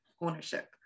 ownership